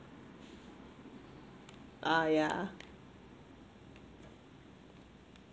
ah yeah